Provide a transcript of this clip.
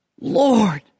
Lord